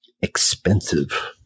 expensive